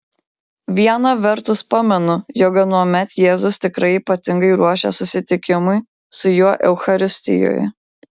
viena vertus pamenu jog anuomet jėzus tikrai ypatingai ruošė susitikimui su juo eucharistijoje